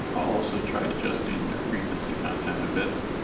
i'll also try adjusting their frequency content a bit